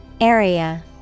Area